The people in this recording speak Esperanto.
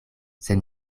sed